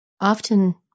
often